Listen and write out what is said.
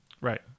Right